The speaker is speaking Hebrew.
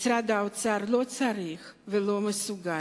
משרד האוצר לא צריך וגם לא מסוגל